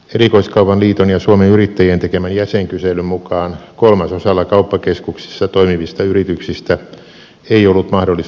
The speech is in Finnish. erikoiskaupan liiton ja suomen yrittäjien tekemän jäsenkyselyn mukaan kolmasosalla kauppakeskuksissa toimivista yrityksistä ei ollut mahdollisuutta vapaapäivään